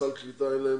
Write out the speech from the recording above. סל קליטה אין להם,